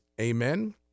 amen